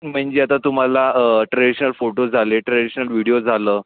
म्हणजे आता तुम्हाला ट्रेडीशनल फोटोज झाले ट्रेडीशनल विडियो झालं